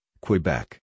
Quebec